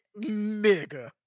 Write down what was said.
Nigga